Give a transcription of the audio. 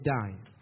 dying